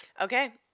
Okay